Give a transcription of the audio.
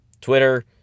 Twitter